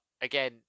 again